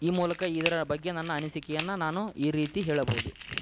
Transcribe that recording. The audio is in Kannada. ಈ ಮೂಲಕ ಇದರ ಬಗ್ಗೆ ನನ್ನ ಅನಿಸಿಕೆಯನ್ನು ನಾನು ಈ ರೀತಿ ಹೇಳಬೌದು